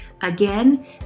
Again